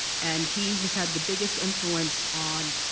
and he has had the biggest influence on.